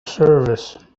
service